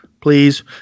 please